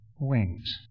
wings